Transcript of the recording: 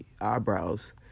eyebrows